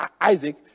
Isaac